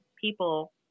people